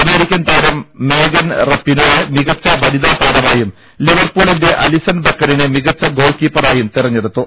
American താരം Megan Rapinoe യെ മികച്ച വനിതാ താരമായും ലിവർപൂ ളിന്റെ അലിസൺ ബക്കറിനെ മികച്ച ഗോൾക്കീപ്പറായും തെരഞ്ഞെ ടുത്തു